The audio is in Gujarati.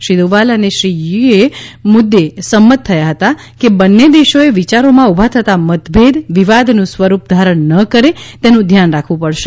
શ્રી દોવલ અને શ્રી થી એ મુદ્દે સંમત થયા હતા કે બંને દેશોએ વિયારોમાં ઊભા થતા મતભેદ વિવાદનું સ્વરૂપ ધારણ ન કરે તેનું ધ્યાન રાખવું પડશે